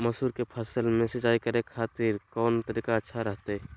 मसूर के फसल में सिंचाई करे खातिर कौन तरीका अच्छा रहतय?